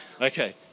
Okay